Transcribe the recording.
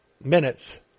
minutes